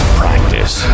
practice